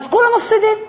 כולם מפסידים.